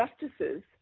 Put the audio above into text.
justices